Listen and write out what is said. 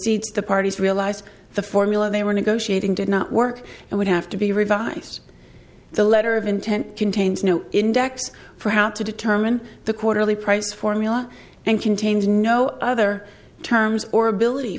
concedes the parties realized the formula they were negotiating did not work and would have to be revised the letter of intent contains no index for how to determine the quarterly price formula and contains no other terms or ability